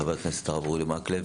חבר הכנסת הרב אורי מקלב,